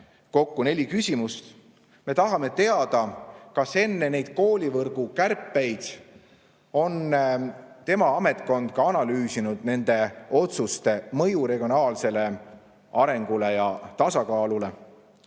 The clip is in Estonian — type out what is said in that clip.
kokku neli küsimust. Me tahame teada, kas enne neid koolivõrgu kärpeid on tema ametkond analüüsinud nende otsuste mõju regionaalsele arengule ja tasakaalule.